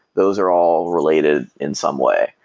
those are all related in some way.